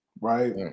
right